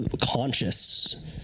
conscious